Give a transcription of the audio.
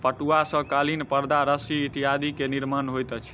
पटुआ सॅ कालीन परदा रस्सी इत्यादि के निर्माण होइत अछि